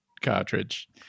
cartridge